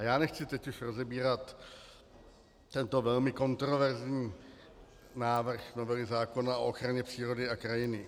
Já už teď nechci rozebírat tento velmi kontroverzní návrh novely zákona o ochraně přírody a krajiny.